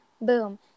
boom